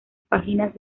páginas